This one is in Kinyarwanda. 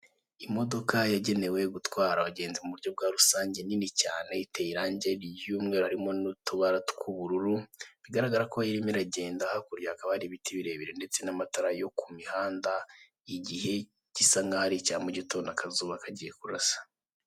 Imodoka yagenewe gutwara abagenzi mu buryo bwa rusange nini cyane iteye irange ry'umweru harimo n'utubara tw'ubururu bigaragara ko irimo iragenda, hakurya hakaba hari ibiti birebire ndetse n'amatara yo ku mihanda igihe gisa nkaho ari icya mugitondo akazuba kagiye kurasa.